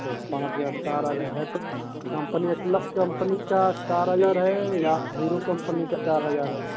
तो पाँच हज़ार चार हज़ार है तो कम्पनी कम्पनी का चार हज़ार है या हीरो कम्पनी का चार हज़ार है